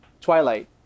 Twilight